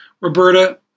Roberta